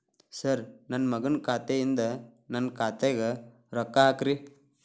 sir ನನ್ನ ಮಗನ ಖಾತೆ ಯಿಂದ ನನ್ನ ಖಾತೆಗ ರೊಕ್ಕಾ ಹಾಕ್ರಿ